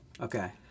Okay